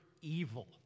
evil